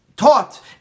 taught